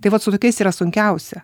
tai vat su tokiais yra sunkiausia